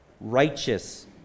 righteous